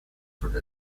through